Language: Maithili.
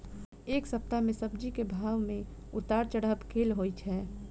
एक सप्ताह मे सब्जी केँ भाव मे उतार चढ़ाब केल होइ छै?